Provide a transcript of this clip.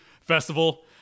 Festival